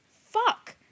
fuck